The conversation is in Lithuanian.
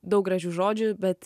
daug gražių žodžių bet